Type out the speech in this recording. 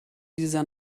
dieser